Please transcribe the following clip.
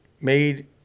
made